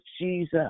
Jesus